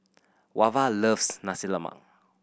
Wava loves Nasi Lemak